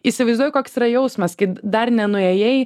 įsivaizduoju koks yra jausmas kai dar nenuėjai